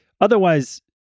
otherwise